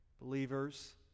believers